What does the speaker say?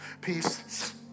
Peace